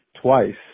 twice